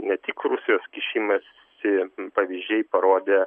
ne tik rusijos kišimąsi pavyzdžiai parodė